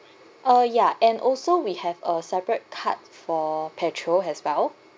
uh ya and also we have a separate card for petrol as well